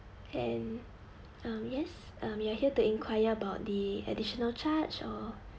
and um yes um you are here to enquire about the additional charge or